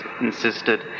insisted